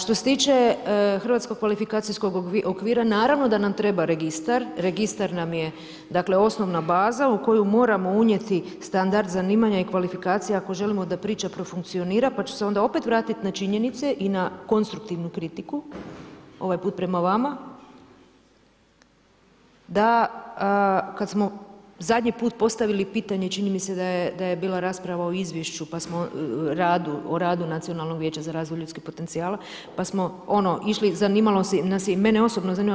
Što se tiče hrvatskog kvalifikacijskog okvira naravno da nam treba registar, registar nam je dakle osnovna baza u koju moramo unijeti standard zanimanja i kvalifikacija ako želimo da priča profunkcionira, pa ću se onda opet vratit na činjenice i na konstruktivnu kritiku ovaj put prema vama, da kad smo zadnji put postavili pitanje čini mi se da je bila rasprava o izvješću, o radu Nacionalnog vijeća za razvoj ljudskih potencijala, pa smo ono išli, zanimalo nas je i mene je osobno zanimalo.